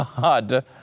God